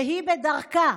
שהיא, כדרכה,